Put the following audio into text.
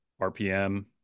rpm